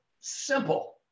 simple